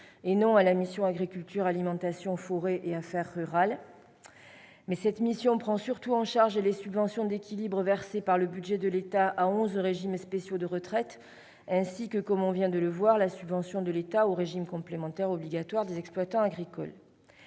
et non sur la mission « Agriculture, alimentation, forêt et affaires rurales ». Cette mission prend surtout en charge les subventions d'équilibre versées par le budget de l'État à onze régimes spéciaux de retraite, ainsi que la subvention de l'État au régime complémentaire obligatoire des exploitants agricoles.